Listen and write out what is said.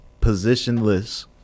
positionless